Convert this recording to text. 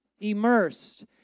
immersed